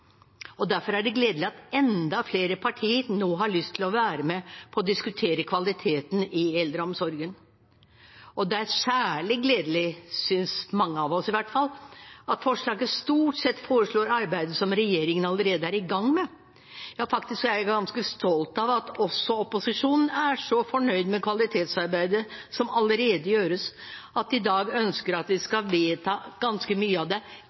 og lære av hverandre. Derfor er det gledelig at enda flere partier nå har lyst til å være med på å diskutere kvaliteten i eldreomsorgen, og det er særlig gledelig – synes mange av oss, i hvert fall – at forslaget stort sett foreslår arbeid som regjeringen allerede er i gang med. Ja, faktisk er jeg ganske stolt av at også opposisjonen er så fornøyd med kvalitetsarbeidet som allerede gjøres, at de i dag ønsker at vi skal vedta ganske mye av det